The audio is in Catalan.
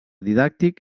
didàctic